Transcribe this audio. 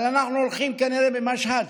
אנחנו הולכים, כנראה, במשהד,